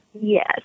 Yes